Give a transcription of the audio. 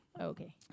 Okay